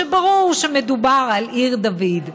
שברור שמדובר על עיר דוד.